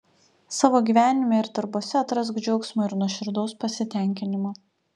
savo gyvenime ir darbuose atrask džiaugsmo ir nuoširdaus pasitenkinimo